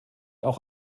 auch